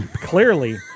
Clearly